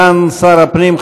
תודה לסגן שר הפנים,